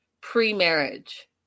Pre-marriage